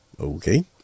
okay